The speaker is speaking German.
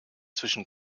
zwischen